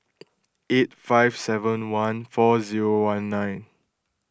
eight five seven one four zero one nine